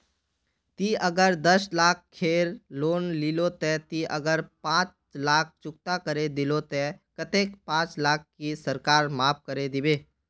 ती अगर दस लाख खेर लोन लिलो ते ती अगर पाँच लाख चुकता करे दिलो ते कतेक पाँच लाख की सरकार माप करे दिबे?